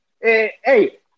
Hey